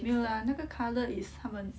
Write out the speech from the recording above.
没有啦那个 colour is 他们